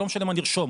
לא משנה מה נרשום,